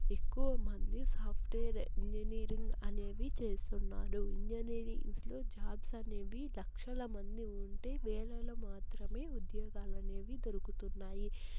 ఎక్కువ మంది software engineering అనేవి చేస్తున్నారు ఇంజినీరింగ్స్లో జాబ్స్ అనేవి లక్షల మంది ఉంటే వేలలో మాత్రమే ఉద్యోగాలనేవి దొరుకుతున్నాయి